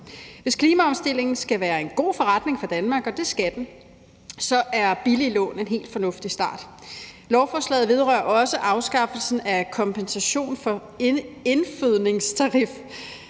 Hvis klimaomstillingen skal være en god forretning for Danmark, og det skal den, så er billige lån en helt fornuftig start. Lovforslaget vedrører også afskaffelsen af kompensation for indfødningstarif,